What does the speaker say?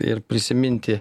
ir prisiminti